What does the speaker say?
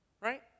right